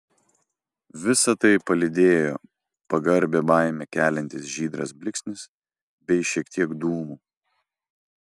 visa tai palydėjo pagarbią baimę keliantis žydras blyksnis bei šiek tiek dūmų